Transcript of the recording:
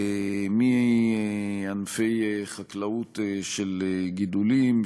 מענפי חקלאות של גידולים,